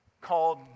called